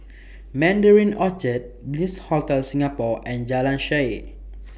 Mandarin Orchard Bliss Hotel Singapore and Jalan Shaer